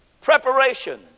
preparation